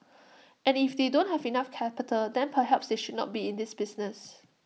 and if they don't have enough capital then perhaps they should not be in this business